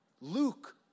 Luke